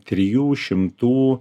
trijų šimtų